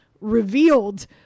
revealed